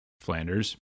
Flanders